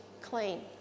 clean